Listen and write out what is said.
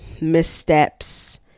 missteps